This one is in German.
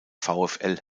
vfl